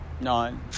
No